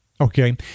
Okay